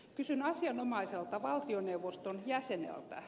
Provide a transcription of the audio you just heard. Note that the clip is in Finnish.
kysyn asianomaiselta valtioneuvoston jäseneltä